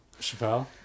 Chappelle